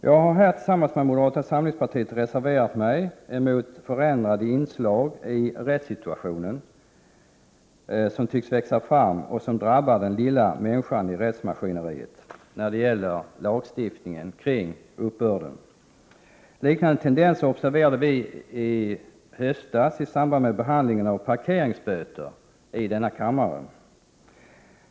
Jag har här tillsammans med moderata samlingspartiet reserverat mig mot förändrade inslag i rättssituationen som tycks växa fram och som drabbar den lilla människan i rättsmaskineriet när det gäller lagstiftningen kring uppbörden. Liknande tendenser observerade vi i höstas i denna kammare i samband med behandlingen av parkeringsböter.